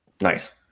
Nice